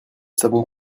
savons